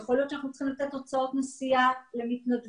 יכול להיות שאנחנו צריכים לתת הוצאות נסיעה למתנדבים,